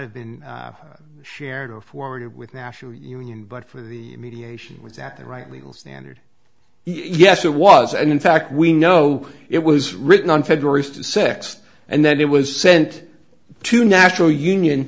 have been shared go forward with national union but for the mediation was that the right legal standard yes it was and in fact we know it was written on february sixth and then it was sent to natural union